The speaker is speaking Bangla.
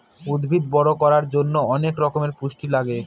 উদ্ভিদ বড়ো করার জন্য অনেক রকমের পুষ্টি লাগে